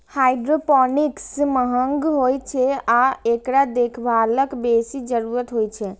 hydroponics महंग होइ छै आ एकरा देखभालक बेसी जरूरत होइ छै